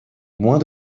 moins